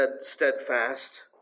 steadfast